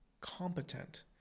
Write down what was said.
competent